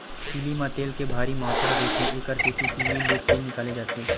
तिली म तेल के भारी मातरा रहिथे, एकर सेती तिली ले तेल निकाले जाथे